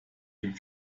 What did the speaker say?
dem